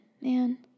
man